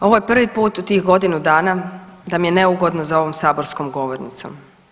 Ovo je prvi put u tih godinu dana da mi je neugodno za ovom saborskom govornicom.